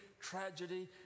tragedy